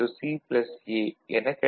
CA எனக் கிடைக்கும்